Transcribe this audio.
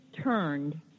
turned